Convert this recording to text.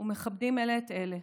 ומכבדים אלה את אלה.